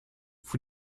vous